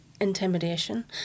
intimidation